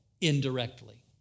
indirectly